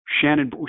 Shannon